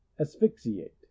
Asphyxiate